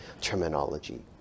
terminology